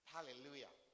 Hallelujah